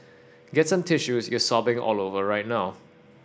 get some tissues you're sobbing all over right now